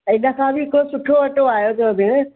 हिनखां बि हिकु सुठो अटो आयो अथव भेण